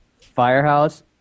firehouse